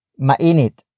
mainit